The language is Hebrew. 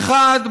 האחד,